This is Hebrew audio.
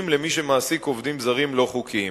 למי שמעסיק עובדים זרים לא-חוקיים.